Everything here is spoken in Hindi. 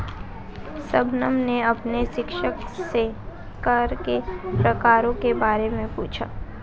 शबनम ने अपने शिक्षक से कर के प्रकारों के बारे में पूछा